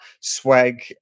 swag